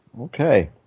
Okay